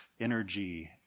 energy